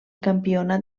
campionat